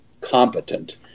competent